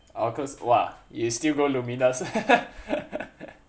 all close !wah! you still go lumiNUS